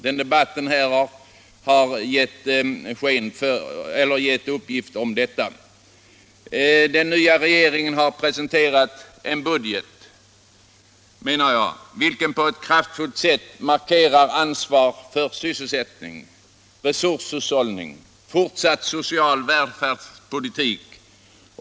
Den debatt som förts här i dag ger belägg för det påståendet. Den nya regeringen har presenterat en budget som på ett kraftfullt sätt markerar ansvar för sysselsättning, resurshushållning och en fortsatt social välfärdspolitik.